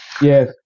Yes